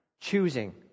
choosing